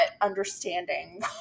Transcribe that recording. understanding